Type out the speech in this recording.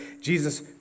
Jesus